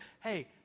Hey